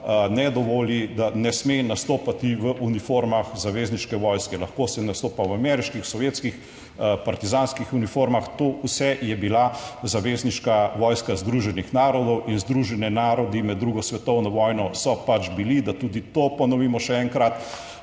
ne dovoli, da ne sme nastopati v uniformah zavezniške vojske, lahko se nastopa v ameriških, sovjetskih partizanskih uniformah, to vse je bila zavezniška vojska Združenih narodov in Združeni narodi med drugo svetovno vojno so bili, da tudi to ponovimo, še enkrat,